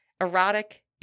erotic